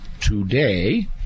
today